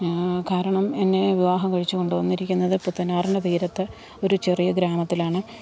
കാരണം എന്നെ വിവാഹം കഴിച്ചു കൊണ്ടു വന്നിരിക്കുന്നത് പുത്തനാറിൻ്റെ തീരത്ത് ഒരു ചെറിയ ഗ്രാമത്തിലാണ്